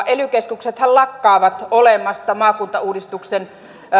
ely keskuksethan lakkaavat olemasta maakuntauudistuksen